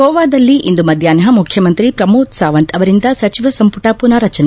ಗೋವಾದಲ್ಲಿ ಇಂದು ಮಧ್ಯಾಷ್ನ ಮುಖ್ಯಮಂತ್ರಿ ಪ್ರಮೋದ್ ಸಾವಂತ್ ಅವರಿಂದ ಸಚಿವ ಸಂಪುಟ ಪುನಾರಚನೆ